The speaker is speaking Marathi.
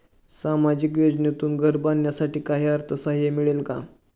सामाजिक योजनेतून घर बांधण्यासाठी काही अर्थसहाय्य मिळेल का?